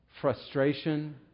frustration